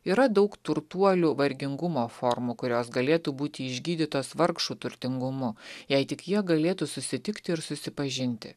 yra daug turtuolių vargingumo formų kurios galėtų būti išgydytos vargšų turtingumu jei tik jie galėtų susitikti ir susipažinti